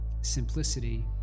simplicity